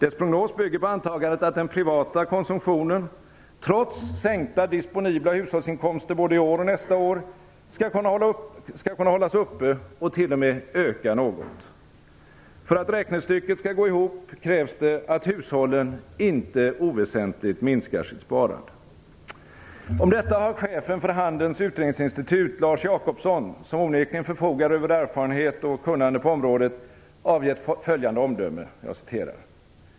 Dess prognos bygger på antagandet att den privata konsumtionen - trots sänkta disponibla hushållsinkomster både i år och nästa år - skall kunna hållas uppe och t.o.m. öka något. För att räknestycket skall gå ihop krävs att hushållen inte oväsentligt minskar sitt sparande.